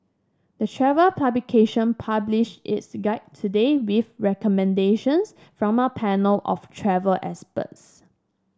the travel publication published its guide today with recommendations from a panel of travel experts